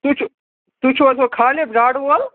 تُہۍ چھُو تُہۍ چھُو حظ ہُہ خالِد گاڈٕ وول